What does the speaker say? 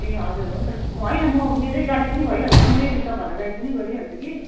ए हजुर हुन्छ होइन म मेरै गाडी पनि भइहाल्छ मै तपाईँहरूलाई गाइड पनि गरिहाल्छु कि